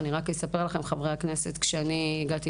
חברי הכנסת, אני רק אספר לכם שכשאני הגעתי